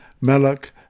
Malak